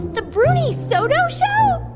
the bruni soto show?